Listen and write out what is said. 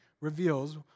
reveals